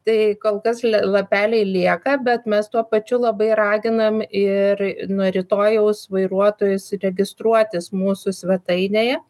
tai kol kas le lapeliai lieka bet mes tuo pačiu labai raginam ir nuo rytojaus vairuotojus registruotis mūsų svetainėje